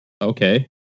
Okay